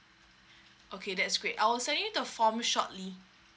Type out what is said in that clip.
okay that's great I'll send you the form shortly